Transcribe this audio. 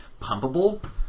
pumpable